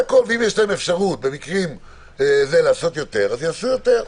אם יש להם אפשרות לעשות יותר, אז יעשו יותר.